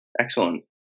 Excellent